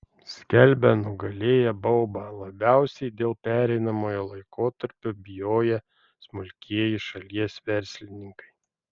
skelbia nugalėję baubą labiausiai dėl pereinamojo laikotarpio bijoję smulkieji šalies verslininkai